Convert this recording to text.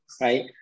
right